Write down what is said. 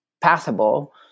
passable